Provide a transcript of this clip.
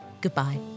goodbye